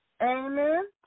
Amen